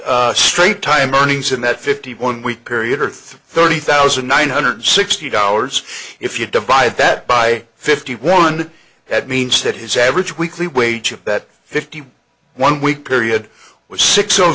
straight time earnings in that fifty one week period are thirty thousand nine hundred sixty dollars if you divide that by fifty one that means that his average weekly wage of that fifty one week period was six o